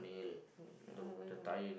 uh why why why